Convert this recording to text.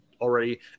already